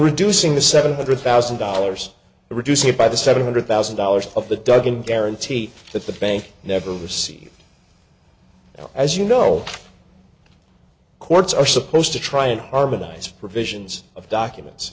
reducing the seven hundred thousand dollars reduce it by the seven hundred thousand dollars of the dugan guarantee that the bank never received as you know courts are supposed to try and harmonize provisions of documents